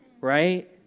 Right